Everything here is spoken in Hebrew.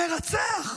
מרצח,